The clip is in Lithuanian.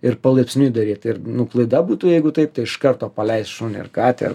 ir palaipsniui daryt ir klaida būtų jeigu taip tai iš karto paleist šunį ir katę